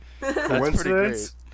Coincidence